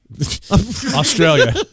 Australia